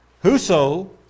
Whoso